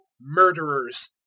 murderers